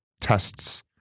tests